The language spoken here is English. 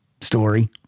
story